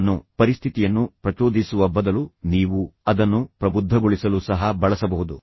ಅದನ್ನು ಪರಿಸ್ಥಿತಿಯನ್ನು ಪ್ರಚೋದಿಸುವ ಬದಲು ನೀವು ಅದನ್ನು ಪ್ರಬುದ್ಧಗೊಳಿಸಲು ಸಹ ಬಳಸಬಹುದು